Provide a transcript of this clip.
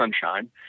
sunshine